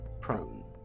prone